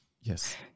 yes